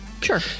Sure